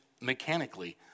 mechanically